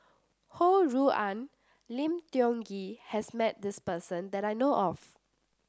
Ho Rui An Lim Tiong Ghee has met this person that I know of